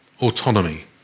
autonomy